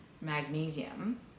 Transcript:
magnesium